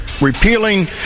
repealing